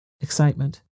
excitement